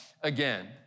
again